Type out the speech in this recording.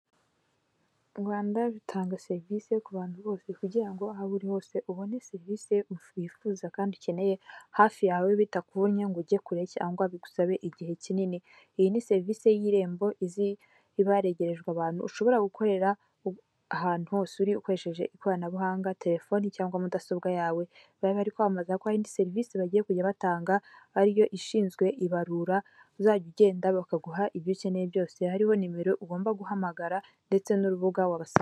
u Rwanda rutanga serivisi kubantu bose kugira aho uri hose ubone serivisi ukwifuza kandi ukeneye hafi yawe bitakunnye ngo ujye kure cyangwa bigusabe igihe kinini iyi ni serivisi y'irembo ibaregerejwe abantu ushobora gukorera ahantu hose uri ukoresheje ikoranabuhanga telefoni cyangwa mudasobwa yawe ba bari kwamaza koyandidiindi serivisi bagiye kujya batanga ariyo ishinzwe ibarura uzajya ugenda bakaguha ibyo ukeneye byose hariho nimero ugomba guhamagara ndetse n'urubuga wasangaho.